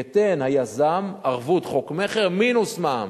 ייתן היזם ערבות חוק מכר מינוס מע"מ.